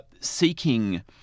seeking